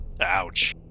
Ouch